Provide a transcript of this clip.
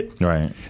right